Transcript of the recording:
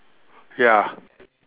ya